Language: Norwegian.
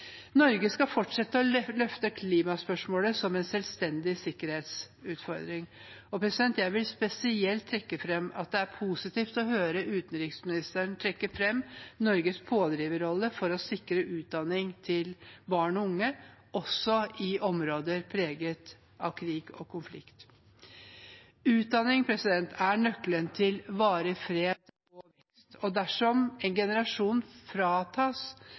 Norge skal fortsette å løfte klimaspørsmålet som en selvstendig sikkerhetsutfordring. Jeg vil spesielt trekke frem at det var positivt å høre utenriksministeren trekke frem Norges pådriverrolle for å sikre utdanning til barn og unge, også i områder preget av krig og konflikt. Utdanning er nøkkelen til varig fred og vekst, og dersom en generasjon fratas